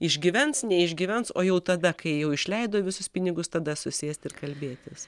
išgyvens neišgyvens o jau tada kai jau išleido visus pinigus tada susėst ir kalbėtis